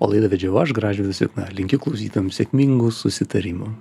o laidą vedžiau aš gražvydas jukna linkiu klausytojam sėkmingų susitarimų